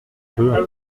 peu